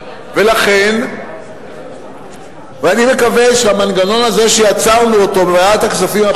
אני מקווה שהמנגנון הזה שיצרנו בוועדת הכספים הפעם,